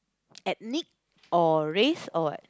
at league or race or what